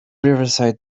riverside